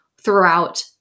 throughout